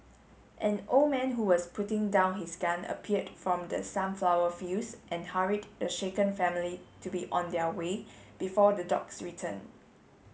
an old man who was putting down his gun appeared from the sunflower fields and hurried the shaken family to be on their way before the dogs return